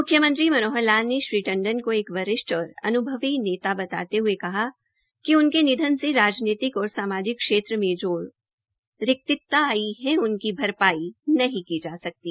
मुख्यमंत्री मनोहर लाल ने श्री टंडन को एक वरिष्ठ और अन्भवी नेता बताते हये उनके निधन से राजनीतिक और सामाजिक क्षेत्र में जो रिक्तता आई है उनकी भरपाई नहीं की जा सकती है